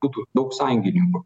būtų daug sąjungininkų